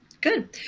Good